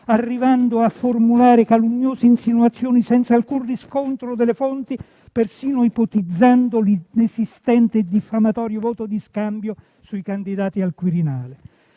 arrivando a formulare calunniose insinuazioni senza alcun riscontro delle fonti, persino ipotizzando l'inesistente e diffamatorio voto di scambio sui candidati al Quirinale.